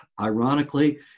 ironically